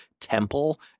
temple